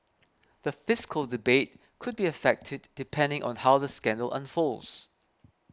the fiscal debate could be affected depending on how the scandal unfolds